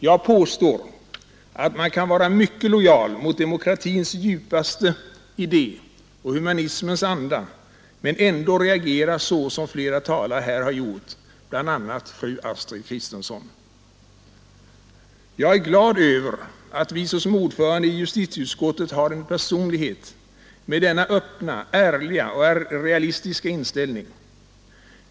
Jag påstår att man kan vara mycket lojal mot demokratins djupaste idé och humanismens anda men ändå reagera så som flera talare här har gjort, bl.a. fru Kristensson. Jag är glad över att vi såsom ordförande i justitieutskottet har en personlighet med denna öppna, ärliga och realistiska inställning.